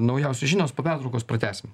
naujausios žinios po pertraukos pratęsim